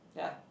yeah